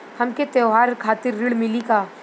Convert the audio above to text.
हमके त्योहार खातिर ऋण मिली का?